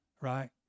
right